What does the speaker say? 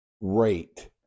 rate